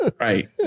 right